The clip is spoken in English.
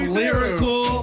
lyrical